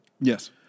Yes